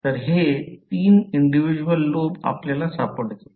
तर हे तीन इंडिव्हिजवल लूप आपल्याला सापडतील